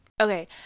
Okay